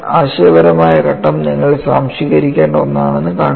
ആശയപരമായ ഘട്ടം നിങ്ങൾ സ്വാംശീകരിക്കേണ്ട ഒന്നാണെന്ന് കാണുക